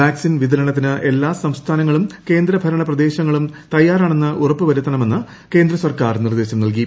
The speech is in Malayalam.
വാക്സിൻ വിതരണത്തിന് എല്ലാ സംസ്ഥാനങ്ങളും കേന്ദ്രഭരണ പ്രദേശങ്ങളും തയ്യാറാണെന്ന് ഉറപ്പുവരുത്തണമെന്ന് കേന്ദ്ര സർക്കാർ നിർദ്ദേശം നൽകി